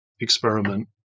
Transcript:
experiment